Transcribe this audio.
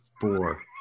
four